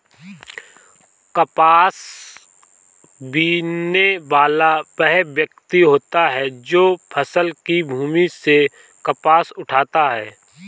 कपास बीनने वाला वह व्यक्ति होता है जो फसल की भूमि से कपास उठाता है